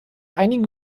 einigen